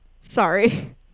Sorry